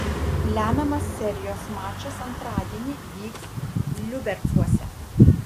lemiamas serijos mačas antradienį vyks liubercuose